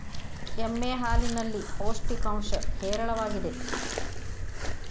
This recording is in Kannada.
ಎಮ್ಮೆ ಹಾಲಿನಲ್ಲಿ ಪೌಷ್ಟಿಕಾಂಶ ಹೇರಳವಾಗಿದೆ